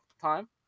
time